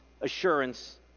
assurance